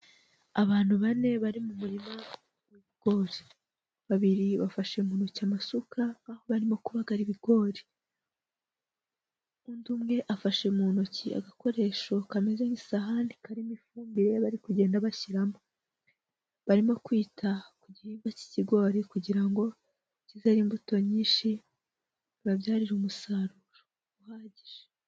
Abantu bane bari mu murima w'ibigori, babiri bafashe mu ntoki amasuka aho barimo kubagara ibigori, undi umwe afashe mu ntoki agakoresho kameze nk'isahani karimo ifumbire bari kugenda bashyiramo, barimo kwita ku gihingwa cy'ikigori, kugira ngo kizere imbuto nyinshi bibabyarire umusaruro uhagije.